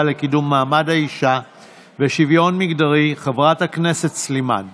לקידום מעמד האישה ולשוויון מגדרי חברת הכנסת סלימאן,